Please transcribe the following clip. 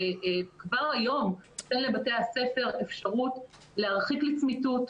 כבר היום אין לבתי הספר אפשרות להרחיק לצמיתות,